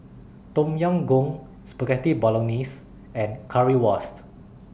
Tom Yam Goong Spaghetti Bolognese and Currywurst